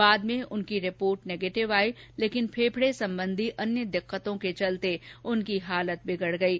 बाद में उनकी रिपोर्ट निगेटिव आई लेकिन फेफडे संबंधी अन्य दिक्कतों के चलते उनकी हालत बिगड गयी